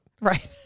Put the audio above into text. Right